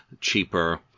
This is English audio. cheaper